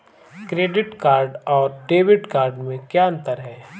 Credit card और debit card में क्या अंतर है?